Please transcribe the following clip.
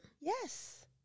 Yes